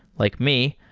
like me,